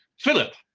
philip,